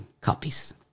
copies